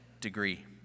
degree